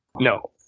No